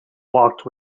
walked